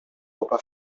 copa